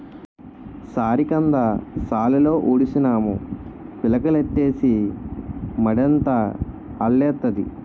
సారికంద సాలులో ఉడిసినాము పిలకలెట్టీసి మడంతా అల్లెత్తాది